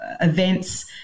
events